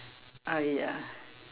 !aiya!